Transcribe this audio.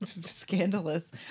Scandalous